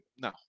No